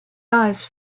eyes